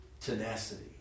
tenacity